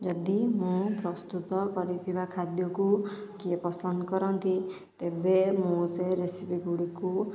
ଯଦି ମୁଁ ପ୍ରସ୍ତୁତ କରିଥିବା ଖାଦ୍ୟକୁ କିଏ ପସନ୍ଦ କରନ୍ତି ତେବେ ମୁଁ ସେ ରେସିପି ଗୁଡ଼ିକୁ